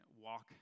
walk